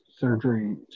surgery